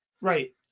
Right